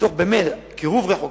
מתוך קירוב רחוקים,